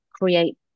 create